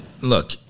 look